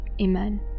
Amen